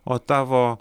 o tavo